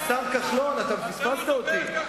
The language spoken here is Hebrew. השר כחלון, אתה פספסת אותי.